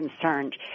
concerned